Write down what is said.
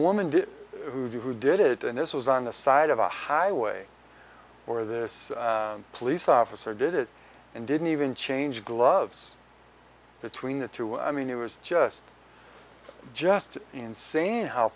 did who did it and this was on the side of a highway or this police officer did it and didn't even change gloves between the two i mean it was just just insane how